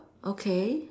okay